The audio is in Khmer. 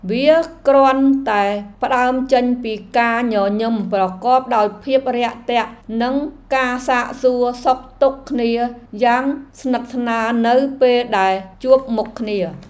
វាគ្រាន់តែផ្តើមចេញពីការញញឹមប្រកបដោយភាពរាក់ទាក់និងការសាកសួរសុខទុក្ខគ្នាយ៉ាងស្និទ្ធស្នាលនៅពេលដែលជួបមុខគ្នា។